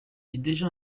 déjà